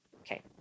Okay